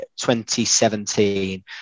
2017